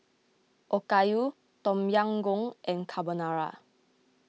Okayu Tom Yam Goong and Carbonara